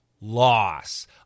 loss